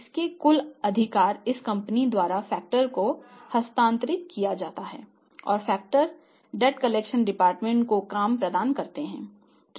इसलिए कुल अधिकार इस कंपनी द्वारा फैक्टर्स को काम प्रदान करते हैं